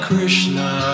Krishna